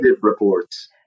reports